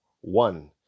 one